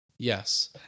Yes